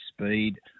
speed